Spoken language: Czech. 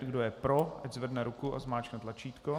Kdo je pro, ať zvedne ruku a zmáčkne tlačítko.